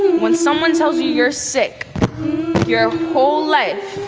when someone tells you you're sick your whole life,